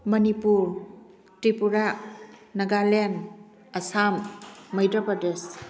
Manipur Tripura Nagaland Assam Madhya Pradesh